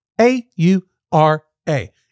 A-U-R-A